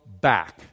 back